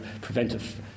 preventive